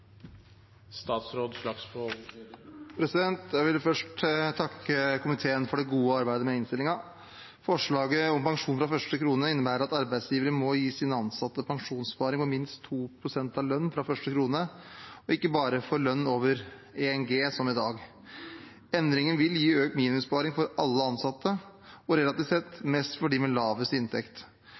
Jeg vil først takke komiteen for det gode arbeidet med innstillingen. Forslaget om pensjon fra første krone innebærer at arbeidsgivere må gi sine ansatte pensjonssparing og minst 2 pst. av lønn fra første krone – og ikke bare for lønn over 1G, som i dag. Endringen vil gi økt minimumssparing for alle ansatte og relativt sett mest for dem med lavest inntekt.